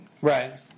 Right